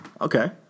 Okay